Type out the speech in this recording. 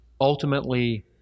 ultimately